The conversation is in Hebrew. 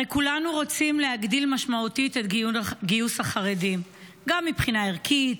הרי כולנו רוצים להגדיל את משמעותית את גיוס החרדים גם מבחינה ערכית,